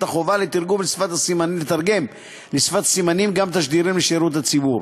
החובה לתרגם לשפת הסימנים גם תשדירים לשירות הציבור.